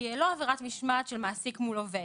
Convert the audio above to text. היא לא עבירת משמעת של מעסיק מול עובד.